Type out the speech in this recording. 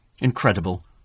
Incredible